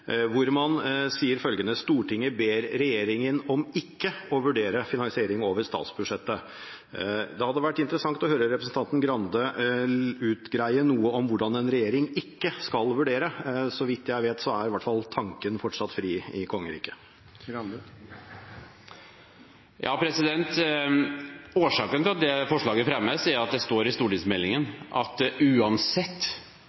hvor man sier følgende: «Stortinget ber regjeringen om ikke å vurdere statsbudsjettfinansiering av NRK.» Det hadde vært interessant å høre representanten Grande utgreie noe om hvordan en regjering ikke skal vurdere. Så vidt jeg vet, er i hvert fall tanken fortsatt fri i kongeriket. Årsaken til at det forslaget fremmes, er at det står i